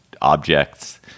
objects